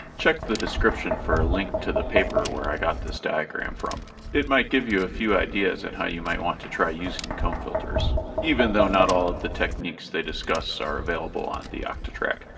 check the description for a link to the paper where i got this diagram from it might give you a few ideas on and how you might want to try using comb filters even though not all of the techniques they discuss are available on the octatrack.